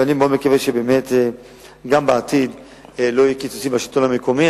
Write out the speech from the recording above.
ואני מקווה מאוד שגם בעתיד לא יהיו קיצוצים בשלטון המקומי.